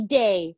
day